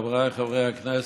חבריי חברי הכנסת,